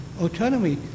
autonomy